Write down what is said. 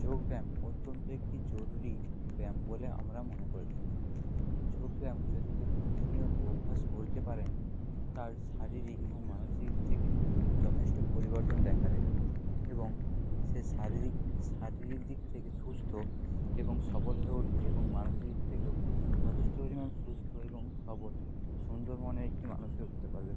যোগব্যায়াম অত্যন্ত একটি জরুরি ব্যায়াম বলে আমরা মনে করে থাকি যোগব্যায়াম যদি কেউ প্রতিনিয়ত অভ্যাস করতে পারেন তার শারীরিক এবং মানসিক দিক থেকে যথেষ্ট পরিবর্তন দেখা দেবে এবং সে শারীরিক শারীরিক দিক থেকে সুস্থ এবং সবল হয়ে উঠবে এবং মানসিক দিক থেকেও যথেষ্ট পরিমাণ সুস্থ এবং সবল সুন্দর মনের একটি মানুষ হয়ে উঠতে পারবে